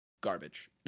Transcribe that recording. garbage